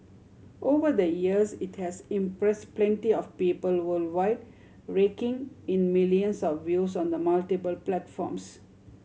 over the years it has impressed plenty of people worldwide raking in millions of views on the multiple platforms